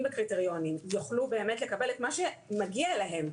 בקריטריונים יוכלו לקבל את מה שמגיע להם,